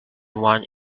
one